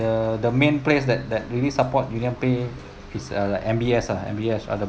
the the main place that that really support UnionPay is uh like M_B_S ah M_B_S